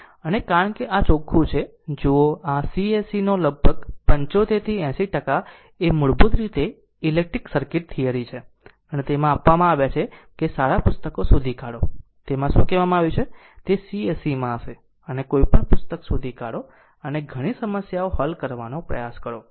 અને કારણ કે આ ચોખ્ખું છે જુઓ આ c se નો લગભગ 75 થી 80 ટકા એ મૂળભૂત રીતે ઇલેક્ટ્રિક સર્કિટ થિયરી છે અને તેમાં આપવામાં આવ્યા છે તે સારા પુસ્તકો શોધી કાઢો તેમાં શું કહેવામાં આવ્યું છે તે c se માં હશે અને કોઈ પણ પુસ્તક શોધી કાઢો અને ઘણી સમસ્યાઓ હલ કરવાનો પ્રયાસ કરો